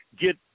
Get